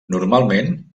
normalment